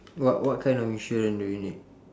what what kind of insurance do you need